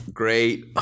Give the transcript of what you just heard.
great